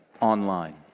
Online